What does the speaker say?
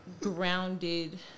grounded